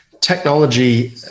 technology